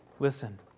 Listen